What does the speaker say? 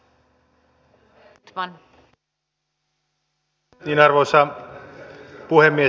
arvoisa puhemies